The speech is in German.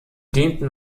dienten